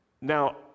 Now